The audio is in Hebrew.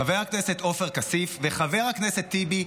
חבר הכנסת עופר כסיף וחבר הכנסת טיבי.